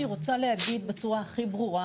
אני רוצה להגיד בצורה הכי ברורה,